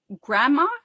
grandma